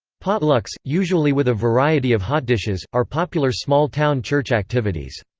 potlucks, usually with a variety of hotdishes, are popular small-town church activities.